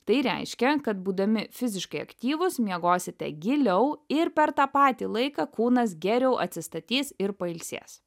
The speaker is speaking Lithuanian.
tai reiškia kad būdami fiziškai aktyvūs miegosite giliau ir per tą patį laiką kūnas geriau atsistatys ir pailsės